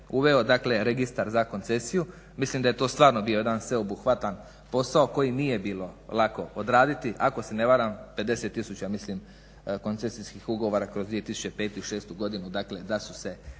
uveo dakle registar za koncesiju, mislim da je to stvarno bio jedan sveobuhvatan posao, koji nije bilo lako odraditi, ako se ne varam 50 tisuća mislim koncesijskih ugovora kroz 2005. i 2006. godinu dakle da su se